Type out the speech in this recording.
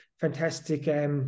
fantastic